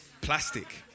Plastic